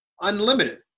unlimited